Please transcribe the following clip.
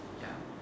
ya